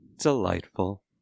delightful